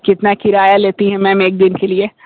कितना किराया लेती हैं मैम एक दिन के लिए